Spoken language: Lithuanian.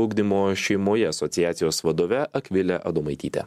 ugdymo šeimoje asociacijos vadove akvile adomaityte